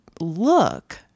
look